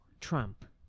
Trump